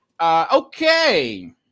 Okay